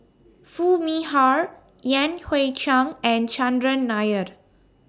Foo Mee Har Yan Hui Chang and Chandran Naired